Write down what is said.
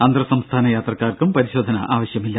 അന്തർ സംസ്ഥാന യാത്രക്കാർക്കും പരിശോധന ആവശ്യമില്ല